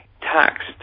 taxed